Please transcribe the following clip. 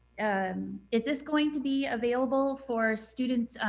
and is this going to be available for students,